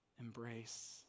Embrace